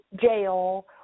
jail